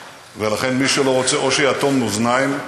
ולכן, מי שלא רוצה, או שיאטום אוזניים,